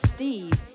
Steve